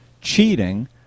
cheating